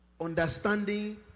Understanding